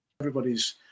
everybody's